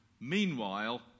meanwhile